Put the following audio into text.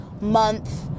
month